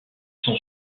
sont